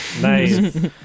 Nice